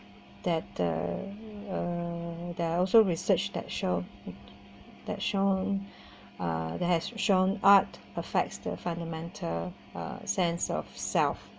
that the uh they are also research that show that show uh there has shown art affects the fundamental uh sense of self